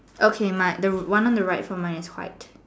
okay mine the one on the right so mine is white